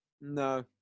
No